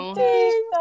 ding